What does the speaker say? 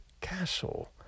castle